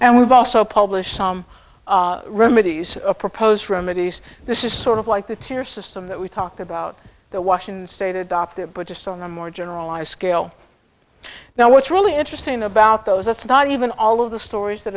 we've also published some remedies proposed remedies this is sort of like the tear system that we talk about the washington state adopted but just on a more generalized scale now what's really interesting about those that's not even all of the stories that